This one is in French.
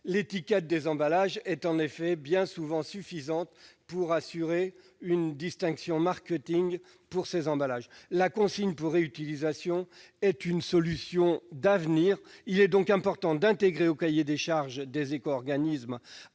L'étiquette des emballages est bien souvent suffisante pour assurer une distinction en termes de marketing. La consigne pour réutilisation est une solution d'avenir. Dès lors, il est important d'intégrer au cahier des charges des éco-organismes